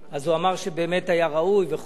לא נתנו לך להשיב בכוונה.